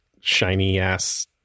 shiny-ass